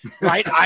right